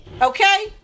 Okay